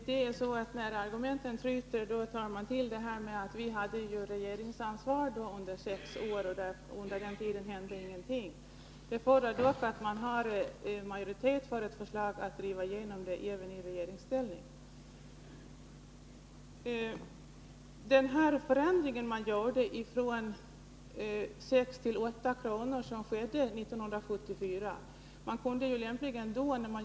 Herr talman! När argumenten tryter, börjar man tala om att ingenting hände under den sexårsperiod då vi hade regeringsansvaret. Men även om man befinner sig i regeringsställning, fordras det att majoriteten är för ett förslag, för att detta skall kunna drivas igenom. I samband med den höjning som skedde 1974 — från 6 kr. till 8 kr.